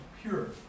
pure